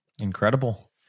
Incredible